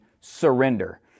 surrender